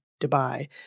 Dubai